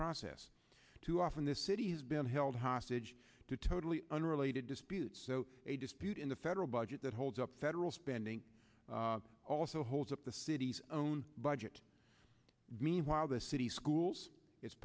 process too often the city's been held hostage to totally unrelated disputes so a dispute in the federal budget that holds up federal spending also holds up the city's own budget meanwhile the city schools it